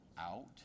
out